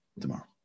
Tomorrow